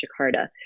Jakarta